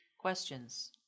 questions